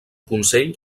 consell